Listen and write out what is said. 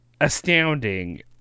astounding